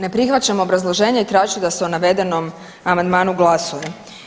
Ne prihvaćam obrazloženje i tražit ću da se o navedenom amandmanu glasuje.